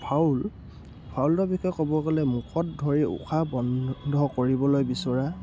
foul ফাউলৰ বিষয়ে ক'ব গ'লে মুখত ধৰি উশাহ বন্ধ কৰিবলৈ বিচৰা